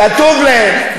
כתוב להם.